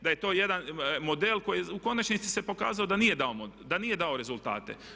Da je to jedan model koji u konačnici se pokazao da nije dao rezultate.